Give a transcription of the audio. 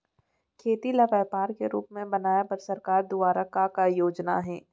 खेती ल व्यापार के रूप बनाये बर सरकार दुवारा का का योजना हे?